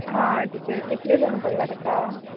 हा टिचर कितलें गूण पडलां तेका